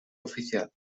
oficial